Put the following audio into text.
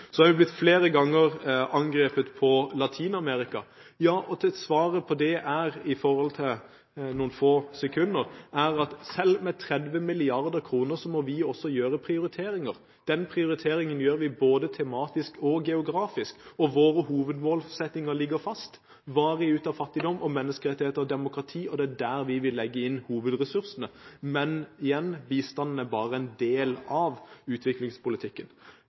Så har vi flere ganger blitt angrepet når det gjelder Latin-Amerika. Ja, svaret på det er – på noen få sekunder – at selv med 30 mrd. kr må vi også gjøre en prioritering. Den prioriteringen gjør vi både tematisk og geografisk, og våre hovedmålsettinger ligger fast: varig ut av fattigdom og menneskerettigheter og demokrati. Det er der vi vil legge inn hovedressursene. Men, igjen: Bistand er bare en del av utviklingspolitikken.